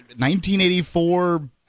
1984